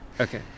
Okay